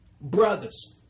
Brothers